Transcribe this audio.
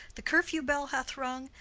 the curfew bell hath rung,